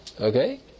Okay